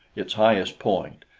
its highest point,